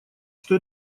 что